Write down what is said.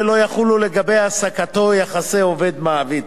ולא יחולו לגבי העסקתו יחסי עובד מעביד.